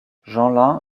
jeanlin